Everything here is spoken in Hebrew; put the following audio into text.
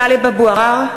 (קוראת בשמות חברי הכנסת) טלב אבו עראר,